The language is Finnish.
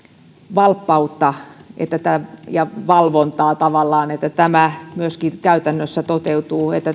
valppautta ja valvontaa tavallaan että tämä myöskin käytännössä toteutuu